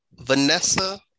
Vanessa